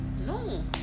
No